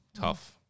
Tough